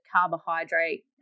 carbohydrate